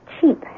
cheap